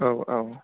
औ औ